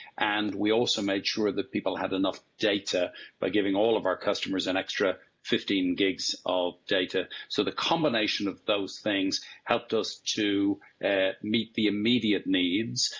and we also made sure that people had enough data by giving all of our customers an extra fifteen gigs of data so the combination of those things helped us to and meet the immediate needs.